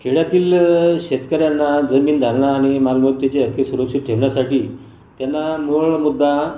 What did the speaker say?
खेड्यातील शेतकऱ्यांना जमीनधारणा आणि मालमत्तेचे हक्क सुरक्षित ठेवण्यासाठी त्यांना मूळ मुद्दा